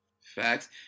Facts